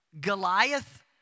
Goliath